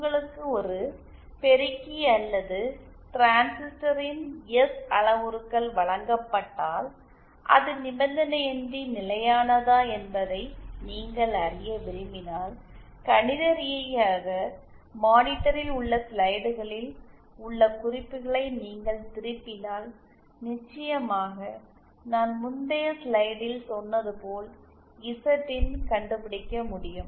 உங்களுக்கு ஒரு பெருக்கி அல்லது டிரான்சிஸ்டரின் எஸ் அளவுருக்கள் வழங்கப்பட்டால் அது நிபந்தனையின்றி நிலையானதா என்பதை நீங்கள் அறிய விரும்பினால் கணித ரீதியாக மானிட்டரில் உள்ள ஸ்லைடுகளில் உள்ள குறிப்புகளை நீங்கள் திருப்பினால் நிச்சயமாக நான் முந்தைய ஸ்லைடில் சொன்னது போல் இசட்இன்ஐ கண்டுபிடிக்க முடியும்